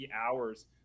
hours